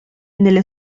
nelle